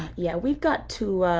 yeah, we've got two,